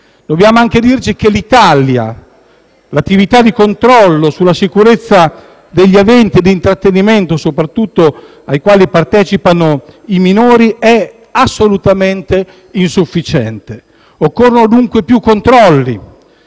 Dobbiamo anche dirci che in Italia l'attività di controllo sulla sicurezza degli eventi di intrattenimento, soprattutto ai quali partecipano i minori, è assolutamente insufficiente. Occorrono, dunque, più controlli